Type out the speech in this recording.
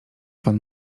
pan